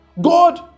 God